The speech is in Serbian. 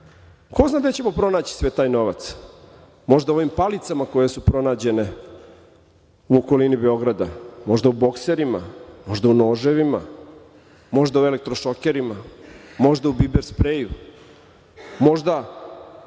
Ko zna gde ćemo pronaći sve taj novac? Možda u ovim palicama koje su pronađene u okolini Beograda, možda u bokserima, možda u noževima, možda u elektrošokerima, možda u biber spreju, možda